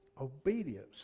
Obedience